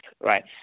right